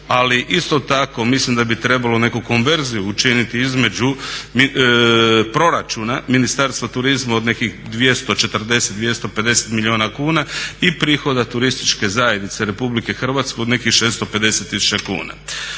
ali isto tako mislim da bi trebalo neku konverziju učiniti između proračuna Ministarstva turizma od nekih 240, 250 milijuna kuna i prihoda turističke zajednice Republike Hrvatske od nekih 650 tisuća kuna.